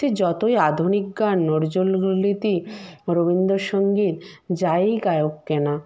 সে যতোই আধুনিক গান নজরুল গীতি রবীন্দসঙ্গীত যাইই গায়ক কেন